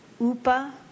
upa